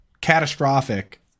catastrophic